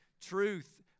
Truth